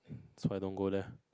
that's why I don't go there